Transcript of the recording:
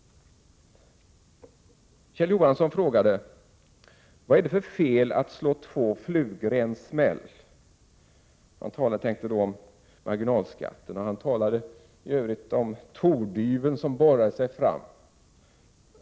Kjell Johansson frågade vad det är för fel att slå två flugor i en smäll. Han tänkte då på marginalskatterna. Han talade i övrigt om tordyveln som borrar sig fram.